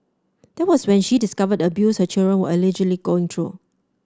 that was when she discovered the abuse her children were allegedly going through